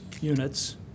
units